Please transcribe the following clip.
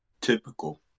Typical